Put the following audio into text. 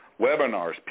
Webinars